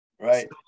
Right